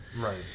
right